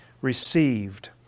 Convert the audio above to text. received